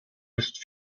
ist